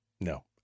No